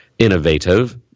innovative